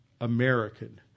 American